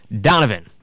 Donovan